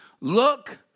Look